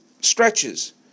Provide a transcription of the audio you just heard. stretches